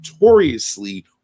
notoriously